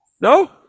no